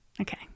Okay